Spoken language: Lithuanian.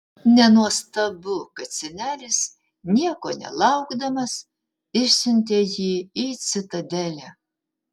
nenuostabu kad senelis nieko nelaukdamas išsiuntė jį į citadelę